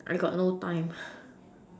I got no time